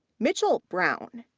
mitchell brown,